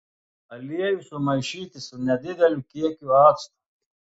aliejų sumaišyti su nedideliu kiekiu acto